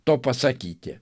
to pasakyti